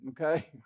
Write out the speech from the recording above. okay